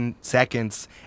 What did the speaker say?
seconds